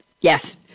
Yes